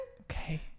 Okay